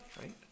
right